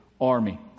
army